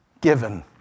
given